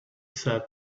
said